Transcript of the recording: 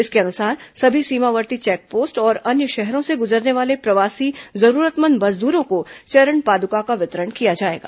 इसके अनुसार सभी सीमावर्ती चेकपोस्ट और अन्य शहरों से गुजरने वाले प्रवासी जरूरतमंद मजदूरों को चरणपादुका का वितरण किया जाएगा